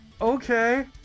Okay